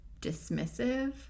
dismissive